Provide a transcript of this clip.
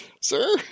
Sir